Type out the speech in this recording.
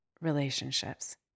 relationships